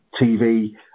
TV